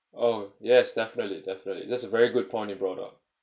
oh yes definitely definitely that's a very good point you brought up